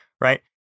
right